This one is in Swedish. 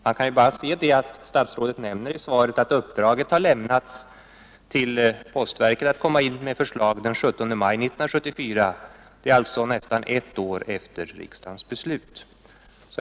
Jag kan bara peka på att statsrådet i svaret säger att uppdrag att komma in med förslag lämnades till postverket först den 17 maj 1974, alltså nästan ett år efter riksdagens beslut.